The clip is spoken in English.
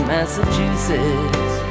Massachusetts